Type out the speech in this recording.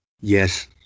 Yes